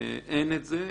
ואין את זה,